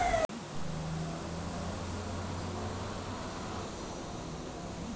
हे मुळात ॲमेझॉन च्या जंगलांचं झाड आहे याच्या लेटेक्स पासून रबर बनवतात